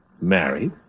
Married